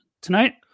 tonight